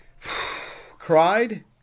Cried